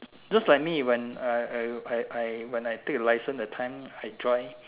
those like me when I I I I when I take license that time I drive